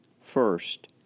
First